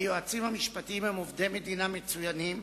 היועצים המשפטיים הם עובדי מדינה מצוינים,